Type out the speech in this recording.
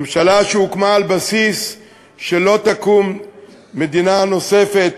ממשלה שהוקמה על בסיס שלא תקום מדינה נוספת,